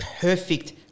perfect